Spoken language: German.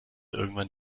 irgendwann